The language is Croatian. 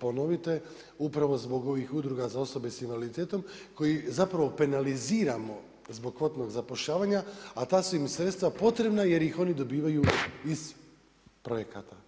ponovite, upravo zbog ovih udruga za osobe sa invaliditetom koje zapravo penaliziramo zbog kvotnog zapošljavanja a ta su im sredstva potrebna jer ih oni dobivaju iz projekata.